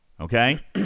Okay